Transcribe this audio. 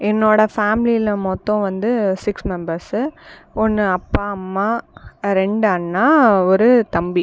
என்னோடய ஃபேமிலியில் மொத்தம் வந்து சிக்ஸ் மெம்பர்ஸு ஒன்று அப்பா அம்மா ரெண்டு அண்ணா ஒரு தம்பி